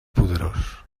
poderós